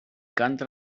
canta